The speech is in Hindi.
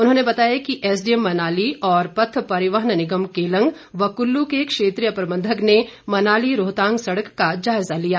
उन्होंने बताया कि एसडीएम मनाली और पथ परिवहन निगम केलंग व कुल्लू के क्षेत्रीय प्रबंधक ने मनाली रोहतांग सड़क का जायजा लिया